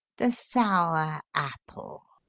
the sour apple.